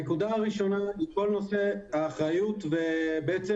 הנקודה הראשונה היא כל נושא האחריות והשיטור.